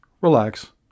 relax